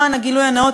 למען הגילוי הנאות,